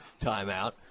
timeout